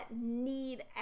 need